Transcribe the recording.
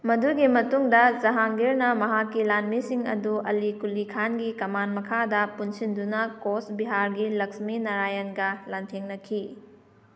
ꯃꯗꯨꯒꯤ ꯃꯇꯨꯡꯗ ꯖꯍꯥꯡꯒꯤꯔꯅ ꯃꯍꯥꯛꯀꯤ ꯂꯥꯟꯃꯤꯁꯤꯡ ꯑꯗꯨ ꯑꯂꯤ ꯀꯨꯂꯤ ꯈꯥꯟꯒꯤ ꯀꯃꯥꯟ ꯃꯈꯥꯗ ꯄꯨꯟꯁꯤꯟꯗꯨꯅ ꯀꯣꯁ ꯕꯤꯍꯥꯔꯒꯤ ꯂꯛꯁꯃꯤ ꯅꯔꯥꯌꯟꯒ ꯂꯥꯟꯊꯦꯡꯅꯈꯤ